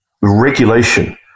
regulation